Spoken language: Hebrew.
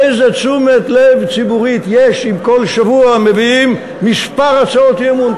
איזו תשומת לב ציבורית יש אם כל שבוע מביאים כמה הצעות אי-אמון,